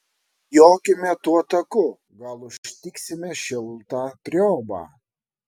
jokime tuo taku gal užtiksime šiltą triobą